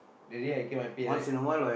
that day I get my pay right